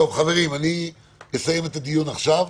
חברים, אני אסיים את הדיון עכשיו.